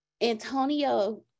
Antonio